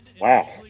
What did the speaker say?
wow